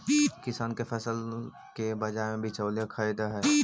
किसान के फसल के बाजार में बिचौलिया खरीदऽ हइ